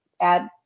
add